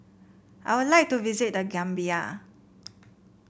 I would like to visit The Gambia